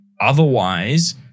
otherwise